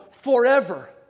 forever